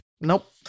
Nope